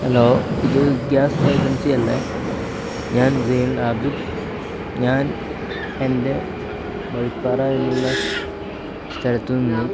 hello ഇത് gas ഏജൻസിയല്ലേ ഞാൻ സെയ്നുല് ആബിദ് ഞാൻ എൻ്റെ വഴിപ്പാറ എന്നുള്ള സ്ഥലത്തു നിന്നും